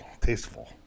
Tasteful